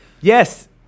Yes